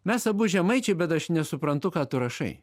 mes abu žemaičiai bet aš nesuprantu ką tu rašai